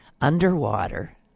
underwater